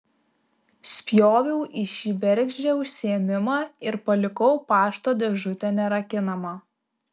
spjoviau į šį bergždžią užsiėmimą ir palikau pašto dėžutę nerakinamą